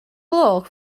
gloch